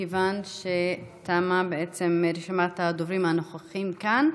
מכיוון שתמה רשימת הדוברים הנוכחים כאן,